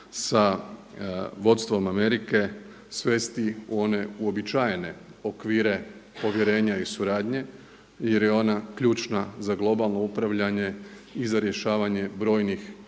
sa vodstvom Amerike svesti u one uobičajene okvire povjerenja i suradnje jer je ona ključna za globalno upravljanje i za rješavanje brojnih